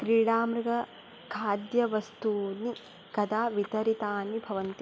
क्रीडामृगखाद्यवस्तूनि कदा वितरितानि भवन्ति